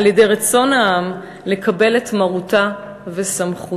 על-ידי רצון העם לקבל את מרותה וסמכותה.